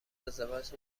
ازدواج